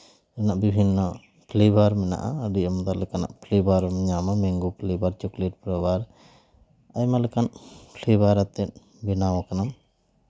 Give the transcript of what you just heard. ᱩᱱᱟᱹᱜ ᱵᱤᱵᱷᱤᱱᱱᱚ ᱯᱷᱞᱮᱵᱟᱨ ᱢᱮᱱᱟᱜᱼᱟ ᱟᱹᱰᱤ ᱟᱢᱫᱟ ᱞᱮᱠᱟᱱᱟᱜ ᱯᱷᱞᱮᱵᱟᱨ ᱮᱢ ᱧᱟᱢᱟ ᱢᱮᱝᱜᱳ ᱯᱷᱞᱮᱵᱟᱨ ᱪᱚᱠᱞᱮᱴ ᱯᱷᱞᱮᱵᱟᱨ ᱟᱭᱢᱟ ᱞᱮᱠᱟᱱ ᱯᱷᱞᱮᱵᱟᱨ ᱟᱛᱮᱜ ᱵᱮᱱᱟᱣ ᱟᱠᱟᱱᱟ